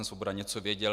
Svoboda něco věděl.